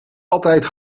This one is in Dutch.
altijd